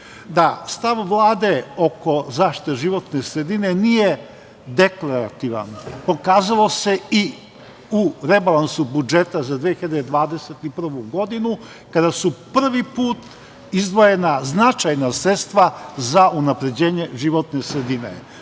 sredine. Stav Vlade oko zaštite životne sredine nije deklarativan. Pokazalo se i u rebalansu budžeta za 2021. godinu, kada su prvi put izdvojena značajna sredstva za unapređenje životne sredine.